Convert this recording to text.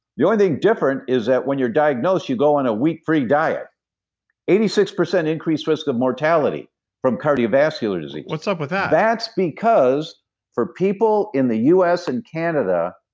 the only thing different is that when you're diagnosed, you go on a wheat free diet eighty six percent increase risk of mortality from cardiovascular disease what's up with that? that's because for people in the u s. and canada,